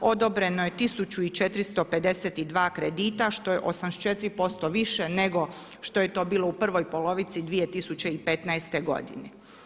Odobreno je 1452 kredita što je 84% više nego što je to bilo u prvoj polovici 2015. godine.